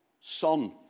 son